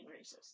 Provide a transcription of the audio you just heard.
racist